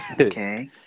Okay